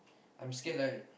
I'm scared like